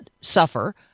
suffer